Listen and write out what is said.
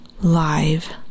Live